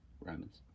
Romans